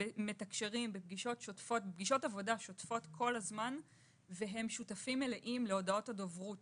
פגישות עבודה שוטפות כל הזמן והם שותפים מלאים להודעות הדוברות